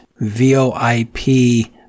VOIP